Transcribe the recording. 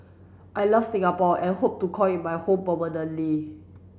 I love Singapore and hope to call it my home permanently